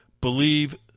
believe